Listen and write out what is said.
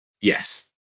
Yes